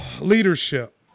leadership